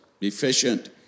efficient